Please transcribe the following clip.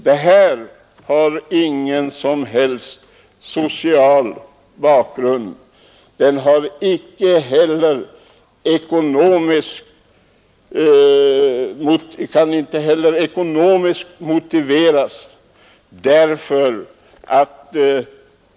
Det här förslaget har ingen som helst social bakgrund, och det kan icke heller ekonomiskt motiveras.